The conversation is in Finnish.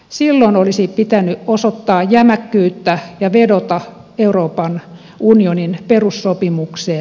silloin olisi pitänyt osoittaa jämäkkyyttä ja vedota euroopan unionin perussopimukseen